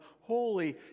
holy